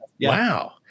Wow